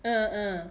uh uh